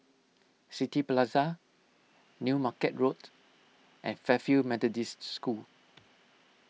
City Plaza New Market Road and Fairfield Methodists School